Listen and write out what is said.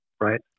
right